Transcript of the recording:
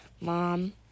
mom